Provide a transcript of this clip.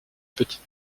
petite